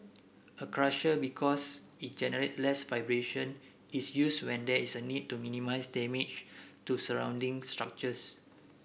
a crusher because it generates less vibration is used when there is a need to minimise damage to surrounding structures